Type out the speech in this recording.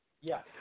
Yes